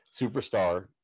superstar